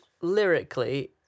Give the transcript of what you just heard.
lyrically